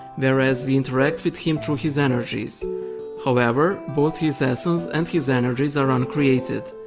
whereas we interact with him through his energies however, both his essence and his energies are uncreated.